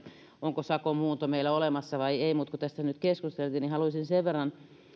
onko sakon muunto meillä olemassa vai ei mutta kun tästä nyt keskusteltiin haluaisin